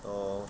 oh